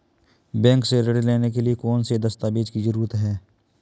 Bank से ऋण लेने के लिए कौन से दस्तावेज की जरूरत है?